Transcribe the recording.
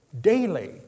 daily